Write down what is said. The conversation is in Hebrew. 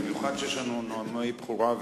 בפרט כשיש לנו נאומי בכורה.